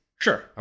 Sure